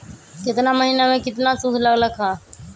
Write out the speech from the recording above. केतना महीना में कितना शुध लग लक ह?